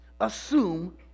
assume